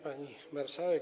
Pani Marszałek!